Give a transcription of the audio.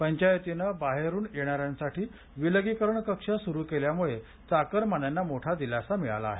पंचायतीनं बाहेरून येणा यांसाठी विलगीकरण कक्ष सुरू केल्यामुळे चाकरमान्यांना मोठा दिलासा मिळाला आहे